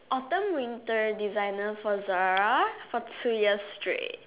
autumn winter designer for Zara for two years straight